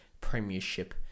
premiership